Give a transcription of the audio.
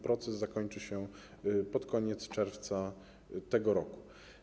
Proces ten zakończy się pod koniec czerwca tego roku.